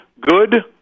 good